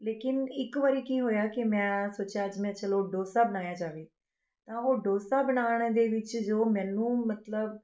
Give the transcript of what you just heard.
ਲੇਕਿਨ ਇੱਕ ਵਾਰੀ ਕੀ ਹੋਇਆ ਕਿ ਮੈਂ ਸੋਚਿਆ ਕਿ ਅੱਜ ਮੈਂ ਚਲੋ ਡੋਸਾ ਬਣਾਇਆ ਜਾਵੇ ਤਾਂ ਉਹ ਡੋਸਾ ਬਣਾਉਣ ਦੇ ਵਿੱਚ ਜੋ ਮੈਨੂੰ ਮਤਲਬ